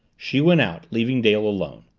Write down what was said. she went out, leaving dale alone.